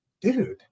dude